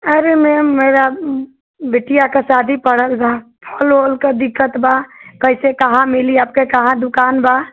अरे मेम मेरा बिटिया का शादी पड़ल रहा फल ओल का दिक्कत बा कैसे कहाँ मिली आपके कहाँ दुकान बा